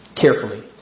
carefully